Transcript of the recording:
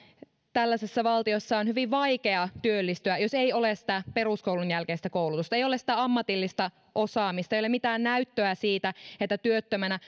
tällaisessa valtiossa on hyvin vaikea työllistyä jos ei ole sitä peruskoulun jälkeistä koulutusta ei ole sitä ammatillista osaamista ei ole mitään näyttöä siitä että työttömänä